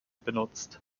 benutzt